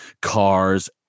cars